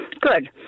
Good